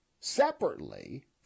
separately